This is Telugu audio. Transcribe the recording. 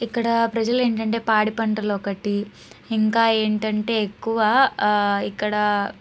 ఇక్కడ ప్రజలు ఏంటంటే పాడిపంటలు ఒకటి ఇంకా ఏంటంటే ఎక్కువ ఇక్కడ